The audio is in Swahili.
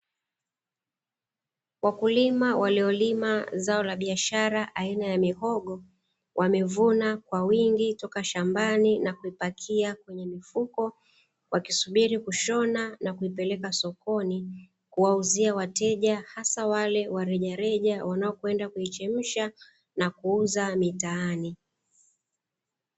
Wakulima waliolima zao la biashara aina ya mihogo, wamevuna kwa wingi toka shambani na kuipakia kwenye mfuko. Wakisubiri kushona na kuipeleka sokoni kuwauzia wateja, hasa wale warejereja wanaokwenda kuichemsha na kuuza mitaani.